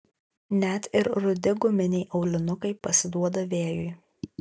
net ir rudi guminiai aulinukai pasiduoda vėjui